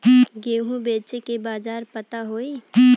गेहूँ बेचे के बाजार पता होई?